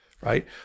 right